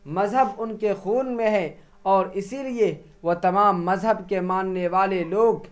مذہب ان کے خون میں ہے اور اسی لیے وہ تمام مذہب کے ماننے والے لوگ